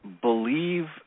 believe